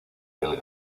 del